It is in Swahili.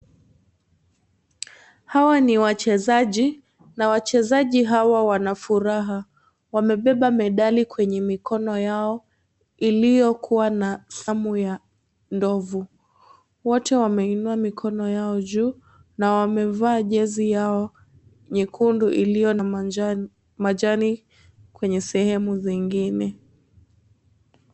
Hawa ni wachezaji na wachezaji hawa wana furaha. Wamebeba medali kwenye mikono yao iliyokuwa na samu ya ndovu. Wote wameinua mikono yao juu na wamevaa jezi yao nyekundu iliyo na majani kwenye sehemu zingine.